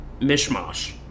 mishmash